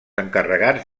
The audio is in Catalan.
encarregats